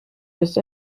just